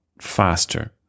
faster